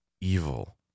Evil